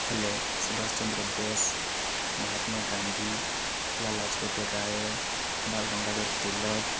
ହେଲେ ସୁଭାଷ ଚନ୍ଦ୍ର ବୋଷ ମହାତ୍ମା ଗାନ୍ଧୀ ଲାଲା ଲଜପତ୍ ରାୟ ବାଲ ଗଙ୍ଗାଧର ତିଲକ